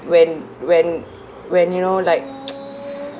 when when when you know like